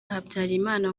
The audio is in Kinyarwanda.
habyarimana